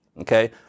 okay